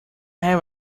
have